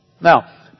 Now